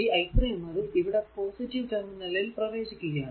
ഈ i 3 എന്നത് ഇവിടെ പോസിറ്റീവ് ടെർമിനലിൽ പ്രവേശിക്കുകയാണ്